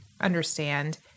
Understand